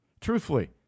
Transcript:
Truthfully